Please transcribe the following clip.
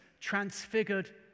transfigured